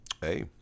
Hey